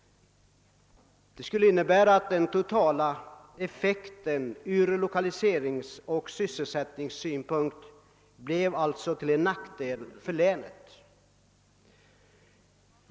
Det skulle betyda att den totala effekten ur lokaliseringsoch sysselsättningssynpunkt skulle vara en nackdel för länet.